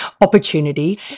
opportunity